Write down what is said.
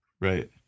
right